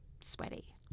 sweaty